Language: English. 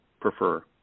prefer